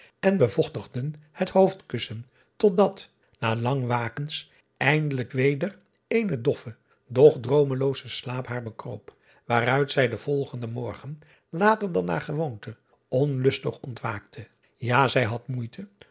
en bevochtigden het hoofdkussen tot dat na lang wakens eindelijk weder eene doffe doch droomelooze slaap haar bekroop waaruit zij den volgenden morgen later dan naar gewoonte onlustig ontwaakte ja zij had moeite